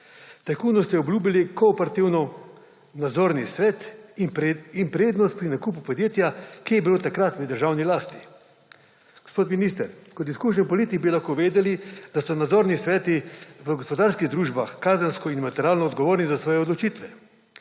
Tajkunu ste obljubili kooperativno nadzorni svet in prednost pri nakupu podjetja, ki je bilo takrat v državni lasti. Gospod minister, kot izkušen politik bi lahko vedeli, da so nadzorni sveti v gospodarskih družbah kazensko in materialno odgovorni za svoje odločitve.